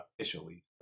officially